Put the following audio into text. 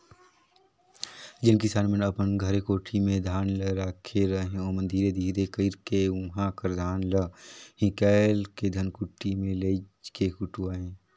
जेन किसान मन अपन घरे कोठी में धान ल राखे रहें ओमन धीरे धीरे कइरके उहां कर धान ल हिंकाएल के धनकुट्टी में लेइज के कुटवाएं